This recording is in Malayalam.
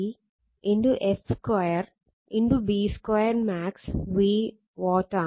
Ke f2 B2 max V watt ആണ്